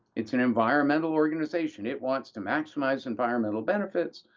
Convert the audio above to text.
it's an environmental organization. it wants to maximize environmental benefits,